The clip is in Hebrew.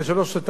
גם זה לא עזר.